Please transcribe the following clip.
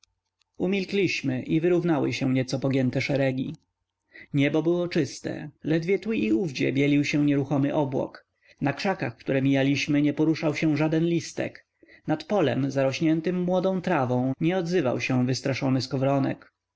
umilkliśmy i wyrównały się nieco pogięte szeregi niebo było czyste ledwie tu i owdzie bielił się nieruchomy obłok na krzakach które mijaliśmy nie poruszał się żaden listek nad polem zarośniętem młodą trawą nie odzywał się wystraszony skowronek